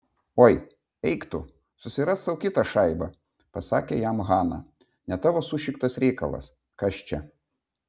oi eik tu susirask sau kitą šaibą pasakė jam hana ne tavo sušiktas reikalas kas čia